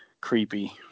creepy